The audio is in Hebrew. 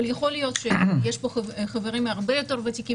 יכול להיות שיש פה חברים הרבה יותר ותיקים